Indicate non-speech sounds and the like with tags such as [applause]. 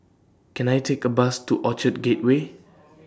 Can I Take A Bus to Orchard Gateway [noise]